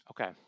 Okay